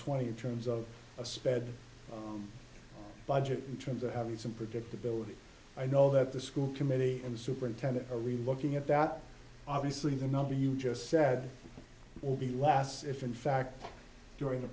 twenty in terms of a sped budget in terms of having some predictability i know that the school committee and the superintendent are really looking at that obviously the number you just said will be less if in fact during the